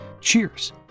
Cheers